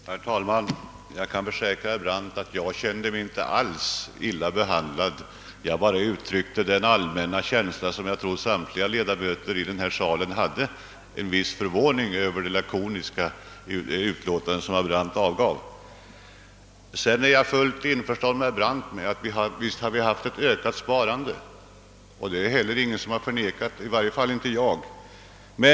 Herr talman! Jag kan försäkra herr Brandt att jag inte alls kände mig illa behandlad. Jag uttryckte bara en viss förvåning, som jag tror att samtliga 1edamöter i denna kammare kände, över de lakoniska uttryckssätten i herr Brandts anförande. Jag är fullt ense med herr Brandt om att vårt sparande har ökat. Det har heller ingen förnekat. I varje fall har inte jag gjort det.